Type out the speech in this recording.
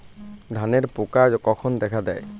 ধানের পোকা কখন দেখা দেয়?